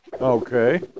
Okay